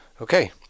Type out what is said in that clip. Okay